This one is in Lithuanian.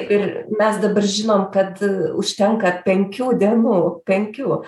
ir mes dabar žinom kad užtenka penkių dienų penkių